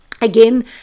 again